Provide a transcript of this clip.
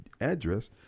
address